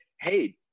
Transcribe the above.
hey